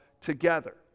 together